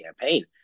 campaign